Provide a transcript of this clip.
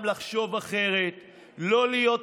אני מבקש מכם הפעם לחשוב אחרת ולא להיות